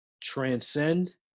transcend